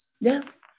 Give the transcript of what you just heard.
Yes